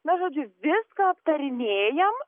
na žodžiu viską aptarinėjam